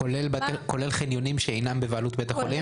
כולל חניונים שאינם בבעלות בית החולים?